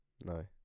No